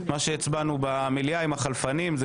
מה שהצבענו במליאה עם החלפנים.